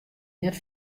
net